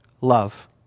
love